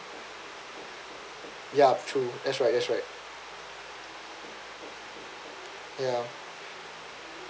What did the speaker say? ya true that's right that's right ya